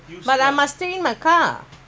ya finish